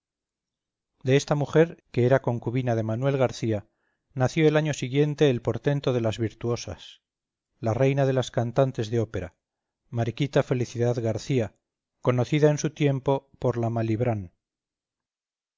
de esta mujer que era concubina de manuel garcía nació el año siguiente el portento de las virtuosas la reina de las cantantes de ópera mariquita felicidad garcía conocida en su tiempo por la malibrán